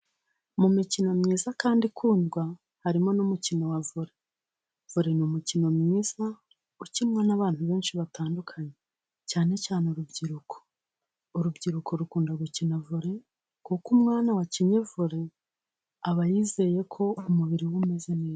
Mu mikino myiza kandi ikundwa harimo n'umukino wa vore, umukino mwiza ukinwa n'abantu benshi batandukanye cyane cyane urubyiruko, urubyiruko rukunda gukina vore kuko umwana wakinnye vore, aba yizeye ko umubiri we umeze neza.